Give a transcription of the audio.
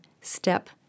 step